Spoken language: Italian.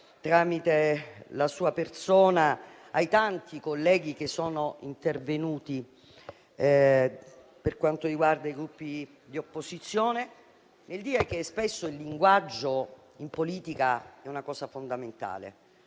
tramite la sua persona, ai tanti colleghi che sono intervenuti per quanto riguarda i Gruppi di opposizione. Vorrei dire che spesso il linguaggio in politica è una cosa fondamentale,